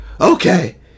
okay